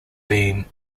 being